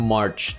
March